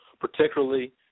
particularly